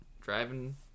driving